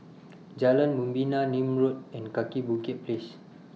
Jalan Membina Nim Road and Kaki Bukit Place